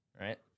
right